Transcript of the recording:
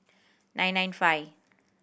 nine nine five